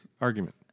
argument